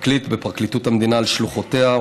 כ"פרקליט בפרקליטות המדינה על שלוחותיה,